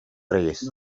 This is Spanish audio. reyes